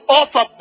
offer